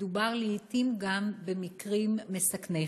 מדובר לעתים גם במקרים מסכנים חיים.